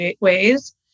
ways